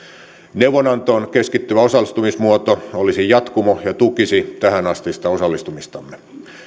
neuvonantoon keskittyvä osallistumismuoto olisi jatkumo ja tukisi tähänastista osallistumistamme